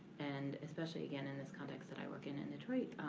and especially again in this context that i work in in detroit,